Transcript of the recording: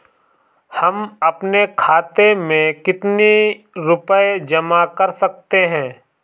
हम अपने खाते में कितनी रूपए जमा कर सकते हैं?